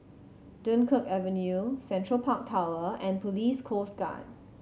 Dunkirk Avenue Central Park Tower and Police Coast Guard